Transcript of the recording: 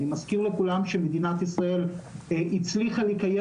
אני מזכיר לכולם שמדינת ישראל הצליחה לקיים